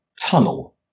tunnel